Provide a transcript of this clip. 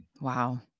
Wow